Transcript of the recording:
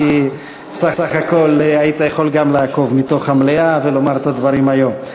כי בסך הכול היית יכול גם לעקוב מתוך המליאה ולומר את הדברים היום.